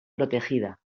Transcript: protegida